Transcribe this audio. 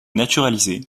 naturalisé